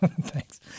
Thanks